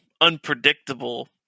unpredictable